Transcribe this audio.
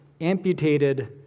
amputated